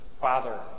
Father